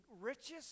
richest